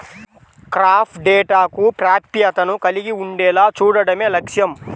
crop డేటాకు ప్రాప్యతను కలిగి ఉండేలా చూడడమే లక్ష్యం